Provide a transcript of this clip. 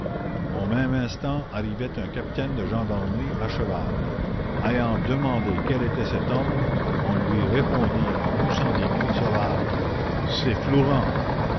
au même instant arrivait un capitaine de gendarmerie à cheval ayant demandé quel était cet homme on lui répondit en poussant des cris sauvages c'est flourens